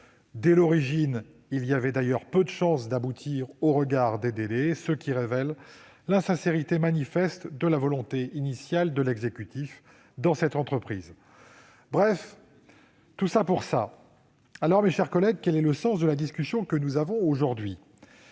Dès l'origine, il y avait d'ailleurs peu de chances d'aboutir, au regard des délais, ce qui révèle l'insincérité de la volonté initiale de l'exécutif dans cette entreprise. Bref, « tout ça pour ça ». Aussi, mes chers collègues, quel est le sens de notre discussion ? La loi